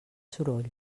soroll